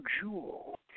jewel